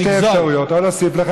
יש לי שתי אפשרויות: או להוסיף לך,